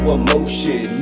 emotion